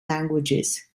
languages